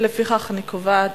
לפיכך, אני קובעת